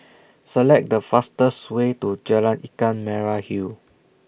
Select The fastest Way to Jalan Ikan Merah Hill